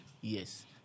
Yes